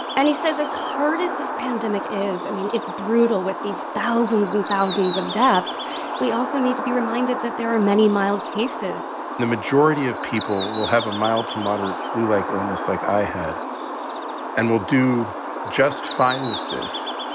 and he says as hard as this pandemic is i mean, it's brutal with these thousands and thousands of deaths we also need to be reminded that there are many mild cases the majority of people will have a mild to moderate flu-like illness like i had and will do just fine with this.